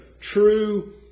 true